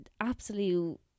absolute